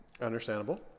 understandable